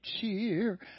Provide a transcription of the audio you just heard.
cheer